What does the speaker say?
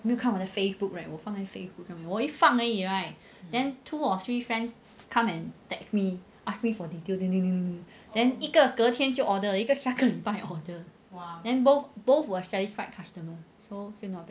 没有看我的 facebook right 我放在 facebook 上面我一放而已 then two or three friends come and text me ask me for detail then 一个隔天就 order 一个下个礼拜 order then both both were satisfied customer so say not bad